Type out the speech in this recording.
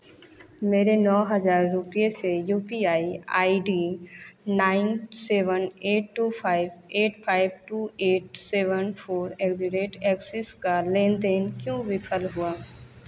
मेरे नौ हज़ार रुपये से U P I I D nine seven eight two five eight five two eight seven four eight the rate Axis का लेन देन क्यों विफल हुआ